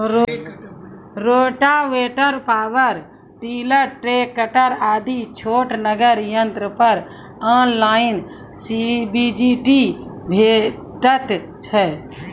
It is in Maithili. रोटावेटर, पावर टिलर, ट्रेकटर आदि छोटगर यंत्र पर ऑनलाइन सब्सिडी भेटैत छै?